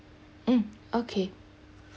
mm okay